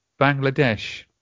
Bangladesh